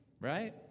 right